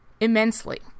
immensely